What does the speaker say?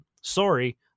Sorry